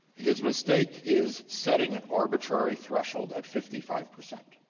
his mistake is setting an arbitrary threshold at fifty five percent.